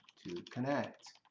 to connect,